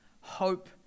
Hope